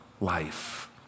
life